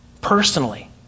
personally